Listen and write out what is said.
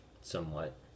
somewhat